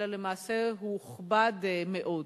אלא למעשה הוא הוכבד מאוד.